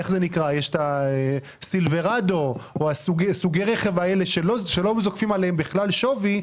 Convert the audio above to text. יש הסילברדו או סוגי רכב האלה שלא זוקפים עליהם בכלל שווי,